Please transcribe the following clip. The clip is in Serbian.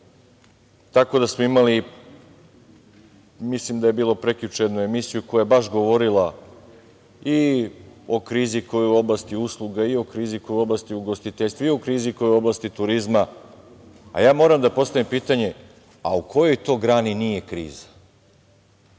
tako da smo imali, mislim da je bilo prekjuče, jednu emisiju koja je baš govorila i o krizi koja je u oblasti usluga, i o krizi koja je u oblasti ugostiteljstva, i o krizi koja je u oblasti turizma. Ja moram da postavim pitanje – a u kojoj to grani nije kriza?